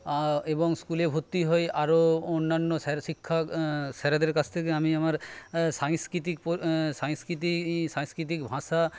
এবং স্কুলে ভর্তি হই আরও অন্যান্য স্যার শিক্ষক স্যারেদের কাছ থেকে আমি আমার সাংস্কৃতিক পর সাংস্কৃতিক সাংস্কৃতিক ভাষা